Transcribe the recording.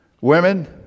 women